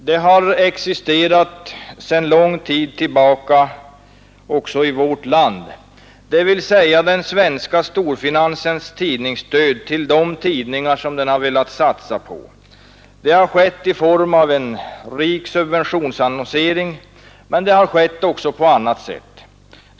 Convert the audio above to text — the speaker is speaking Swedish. Det har existerat sedan lång tid tillbaka också i vårt land — dvs. den svenska storfinansens tidningsstöd till de tidningar som den har velat satsa på. Det stödet har getts i form av en rik subventionsannonsering, men också på annat sätt.